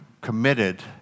committed